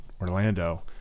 Orlando